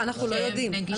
לא.